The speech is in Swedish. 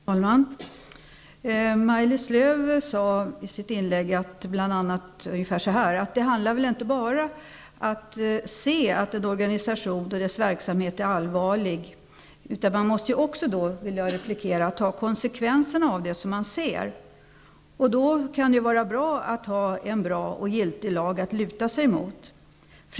Herr talman! Maj-Lis Lööw sade i sitt inlägg att det inte bara handlar om att se att en organisation och dess verksamhet är allvarlig. Jag vill replikera med att man också måste ta konsekvenserna av det man ser. Då kan det vara bra att ha en giltig lag att luta sig emot.